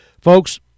folks